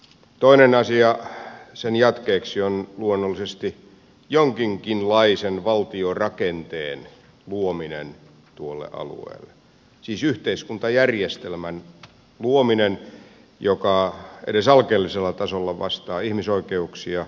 toinen asia sen jatkeeksi on luonnollisesti jonkinkinlaisen valtiorakenteen luominen tuolle alueelle siis yhteiskuntajärjestelmän luominen joka edes alkeellisella tasolla vastaa ihmisoikeuksia ja demokratiaa